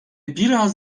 biraz